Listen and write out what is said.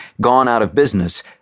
gone-out-of-business